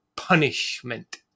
punishment